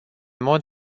mod